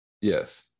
Yes